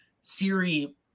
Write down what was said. Siri